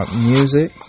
music